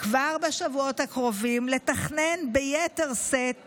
כבר בשבועות הקרובים לתכנן ביתר שאת